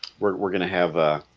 we're gonna have ah